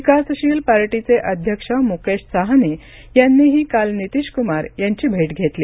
विकासशील पार्टीचे अध्यक्ष मुकेश साहनी यांनीही काल नीतीश कुमार यांची भेट घेतली